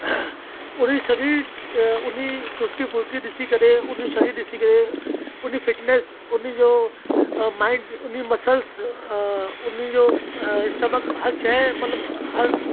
उन्हनि जो शरीर उन्हनि जी चुस्ती फ़ुर्ती ॾिसी करे उनजो शरीर ॾिसी करे उनजो फ़िटनेस उन्हनि जो माइंड बि मसल्स उन्ही जो स्टमक हर शइ मतिलबु हर